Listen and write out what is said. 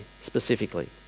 specifically